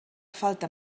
falta